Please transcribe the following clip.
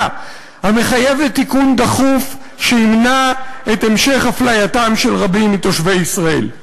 המחייבת תיקון דחוף שימנע את המשך אפלייתם של רבים מתושבי ישראל.